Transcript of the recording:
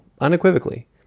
unequivocally